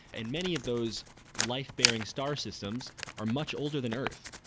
and many of those life-bearing star systems are much older than earth.